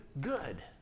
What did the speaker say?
good